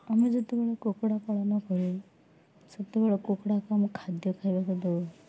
ଆମେ ଯେତେବେଳେ କୁକୁଡ଼ା ପାଳନ କରୁ ସେତେବେଳେ କୁକୁଡ଼ାକୁ ଆମେ ଖାଦ୍ୟ ଖାଇବାକୁ ଦେଉ